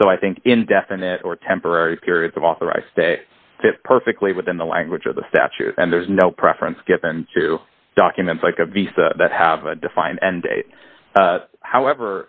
so i think indefinite or temporary periods of authorized stay fit perfectly within the language of the statute and there's no preference given to documents like a visa that have a defined and date however